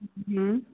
हूं